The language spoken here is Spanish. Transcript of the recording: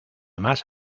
más